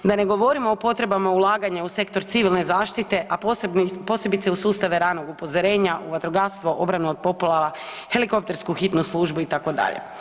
Da ne govorimo o potrebama ulaganja u sektor civilne zaštite, a posebice u sustave ranog upozorenja u vatrogastvo, obranu od poplava, helikoptersku hitnu službu itd.